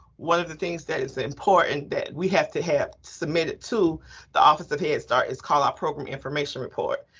one of the things that is important that we have to have submitted to the office of head start is called our program information report.